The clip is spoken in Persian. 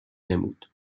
نمود